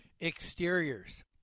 Exteriors